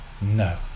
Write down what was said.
no